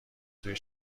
توی